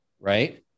right